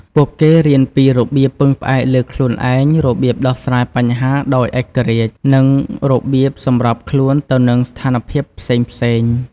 ពួកគេរៀនពីរបៀបពឹងផ្អែកលើខ្លួនឯង របៀបដោះស្រាយបញ្ហាដោយឯករាជ្យ និងរបៀបសម្របខ្លួនទៅនឹងស្ថានភាពផ្សេងៗ។